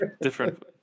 Different